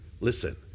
listen